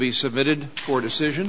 be submitted for decision